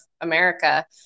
America